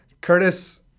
Curtis